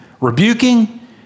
rebuking